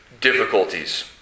difficulties